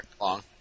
long